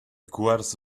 cuors